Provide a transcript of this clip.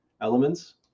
elements